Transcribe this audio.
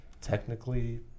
technically